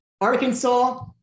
Arkansas